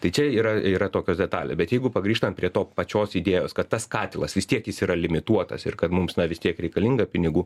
tai čia yra yra tokios detalės bet jeigu pargrįžtant prie to pačios idėjos kad tas katilas vis tiek jis yra limituotas ir kad mums na vis tiek reikalinga pinigų